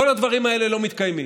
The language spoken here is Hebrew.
כל הדברים האלה לא מתקיימים.